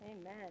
Amen